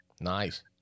Nice